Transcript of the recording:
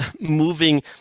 moving